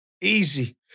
easy